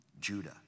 Judah